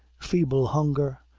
feeble hunger,